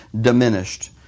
diminished